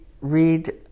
read